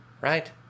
right